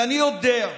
ואני יודע,